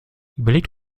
überlegt